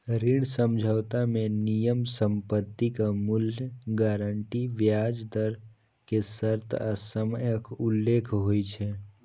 ऋण समझौता मे नियम, संपत्तिक मूल्य, गारंटी, ब्याज दर के शर्त आ समयक उल्लेख होइ छै